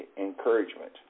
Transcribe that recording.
encouragement